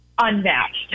unmatched